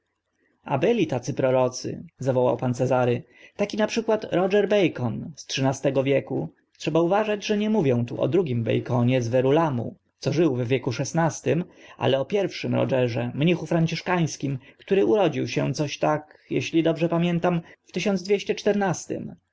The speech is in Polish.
byli tacy prorocy zawołał pan cezary taki na przykład roger bacon z trzynastego wieku trzeba uważać że nie mówię o drugim baconie z werulamu co żył w wieku szesnastym ale o pierwszym rogerze mnichu anciszkańskim który urodził się coś tak eśli dobrze pamiętam w tysiąc dwieście